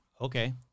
Okay